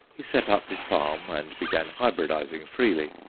he set up his farm and began hybridizing freely.